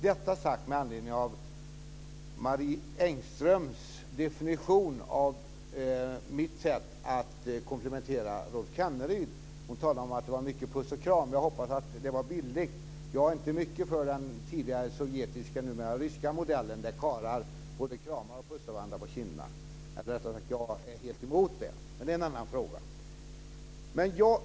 Detta säger jag med anledning av Marie Engströms definition av mitt sätt att komplimentera Rolf Kenneryd. Hon talade om att det var mycket puss och kram. Jag hoppas att det var bildligt. Jag är inte mycket för den tidigare sovjetiska, numera ryska modellen där karlar både kramas och pussar varandra på kinderna. Rättare sagt är jag helt emot det. Men det är en annan fråga.